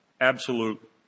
Absolute